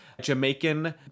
Jamaican